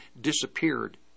disappeared